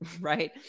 Right